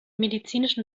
medizinischen